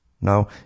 Now